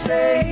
Say